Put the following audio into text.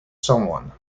someone